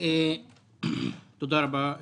תודה רבה,